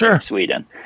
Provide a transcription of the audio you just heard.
Sweden